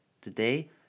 Today